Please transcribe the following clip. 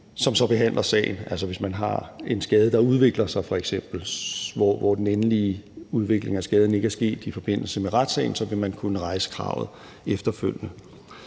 så behandler sagen. Altså, hvis man f.eks. har en skade, der udvikler sig, hvor den endelige udvikling af skaden ikke er sket i forbindelse med retssagen, vil man kunne rejse kravet efterfølgende.